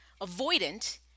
avoidant